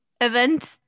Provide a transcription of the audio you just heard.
Events